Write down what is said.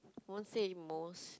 won't say most